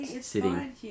sitting